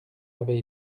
avait